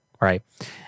right